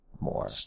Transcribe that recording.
more